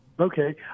Okay